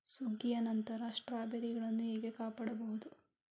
ಸುಗ್ಗಿಯ ನಂತರ ಸ್ಟ್ರಾಬೆರಿಗಳನ್ನು ಹೇಗೆ ಕಾಪಾಡ ಬಹುದು?